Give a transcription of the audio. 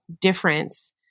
difference